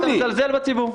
אתה מזלזל בציבור.